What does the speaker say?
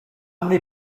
many